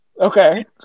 Okay